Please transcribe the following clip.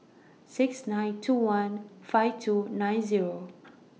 six nine two one five two nine Zero